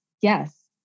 yes